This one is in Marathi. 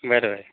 बरं बरं